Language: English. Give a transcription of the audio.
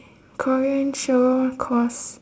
korean show cause